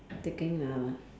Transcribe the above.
taking uh